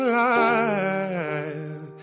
life